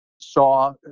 saw